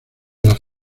las